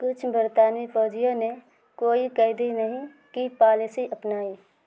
کچھ برطانوی فوجیوں نے کوئی قیدی نہیں کی پالیسی اپنائی